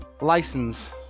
License